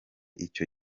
icyo